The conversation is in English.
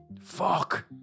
fuck